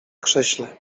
krześle